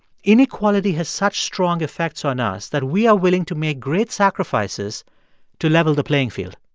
inequality has such strong effects on us that we are willing to make great sacrifices to level the playing field